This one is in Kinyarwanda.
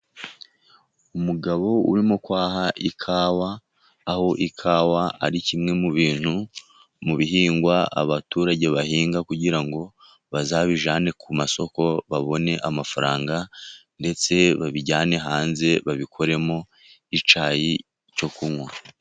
Umugabo urimo kwaha ikawa, aho ikawa ari kimwe mu bintu, mu bihingwa abaturage bahinga kugira ngo bazabijyane ku masoko babone amafaranga, ndetse babijyane hanze babikoremo icyayi cyo kunywa.